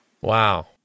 Wow